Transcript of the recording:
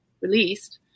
released